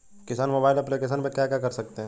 किसान mobile application पे क्या क्या कर सकते हैं?